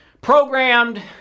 programmed